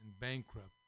bankrupt